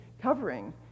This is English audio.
covering